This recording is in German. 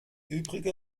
übrige